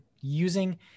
using